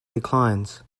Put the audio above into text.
declines